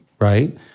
right